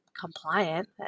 compliant